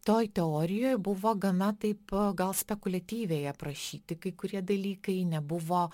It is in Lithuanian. toj teorijoj buvo gana taip gal spekuliatyviai aprašyti kai kurie dalykai nebuvo